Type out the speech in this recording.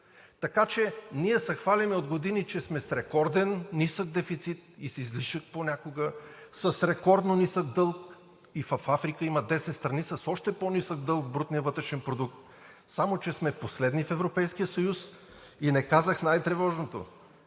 така че ние се хвалим от години, че сме с рекордно нисък дефицит и с излишък понякога, с рекордно нисък дълг – и в Африка има десет страни с още по-нисък дълг в брутния вътрешен продукт, само че сме последни в Европейския съюз. И не казах най-тревожното